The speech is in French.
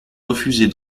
refusez